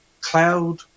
cloud